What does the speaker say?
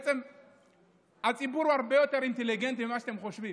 בעצם הציבור הרבה יותר אינטליגנטי ממה שאתם חושבים,